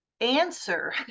answer